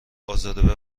ازاده